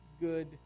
good